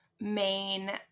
main